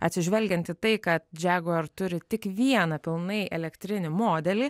atsižvelgiant į tai kad džeguar turi tik vieną pilnai elektrinį modelį